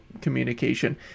communication